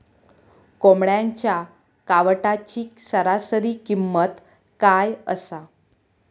कोंबड्यांच्या कावटाची सरासरी किंमत काय असा?